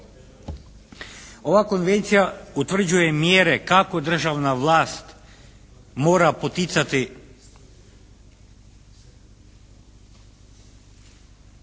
ova konvencija utvrđuje mjere kako državna vlast mora poticati,